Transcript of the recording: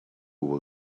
will